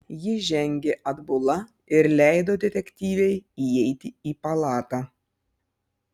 ji žengė atbula ir leido detektyvei įeiti į palatą